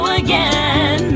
again